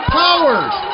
powers